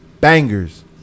bangers